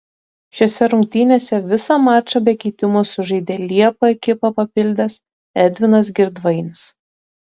šiose rungtynėse visą mačą be keitimo sužaidė liepą ekipą papildęs edvinas girdvainis